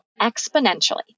exponentially